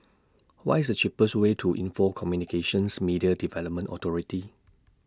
What IS The cheapest Way to Info Communications Media Development Authority